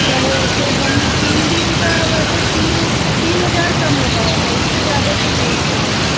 चलो तो हम तीन दिन का वैसे तीन तीन हज़ार कम हो जाएगा इससे ज़्यादा तो नहीं हो पाएगा